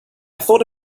thought